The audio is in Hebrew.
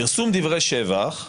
פרסום דברי שבח.